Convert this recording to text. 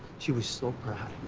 she was so proud